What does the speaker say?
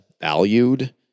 valued